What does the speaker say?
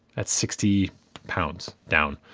that's sixty pounds down.